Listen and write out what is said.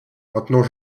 maintenant